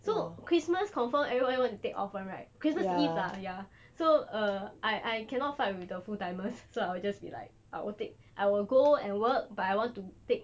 so christmas confirm everyone want to take off right christmas eve lah yah !aiya! so err I I cannot fight with the full timers so I'll just be like I'll take I will go and work but I want to take